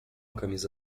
camisa